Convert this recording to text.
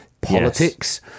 Politics